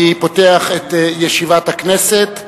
אני פותח את ישיבת הכנסת.